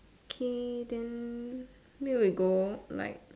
okay then maybe we go